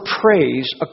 praise